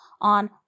on